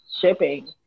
shipping